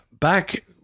back